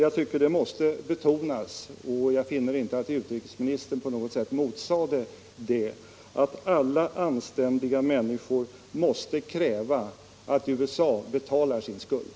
Detta måste betonas, och jag finner inte att utrikesministern på något sätt motsade att alla anständiga människor måste kräva att USA betalar sin skuld.